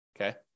okay